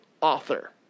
author